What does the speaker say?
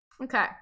Okay